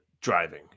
driving